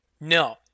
No